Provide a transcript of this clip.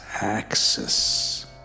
axis